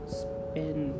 spend